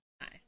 Nice